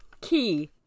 key